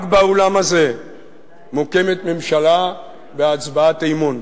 רק באולם הזה מוקמת ממשלה בהצבעת אמון.